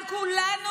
על כולנו